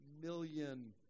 million